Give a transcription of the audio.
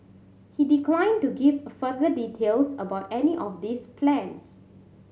he declined to give a further details about any of these plans